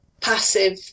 passive